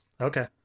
okay